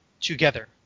together